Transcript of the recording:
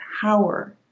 power